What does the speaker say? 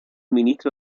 ministro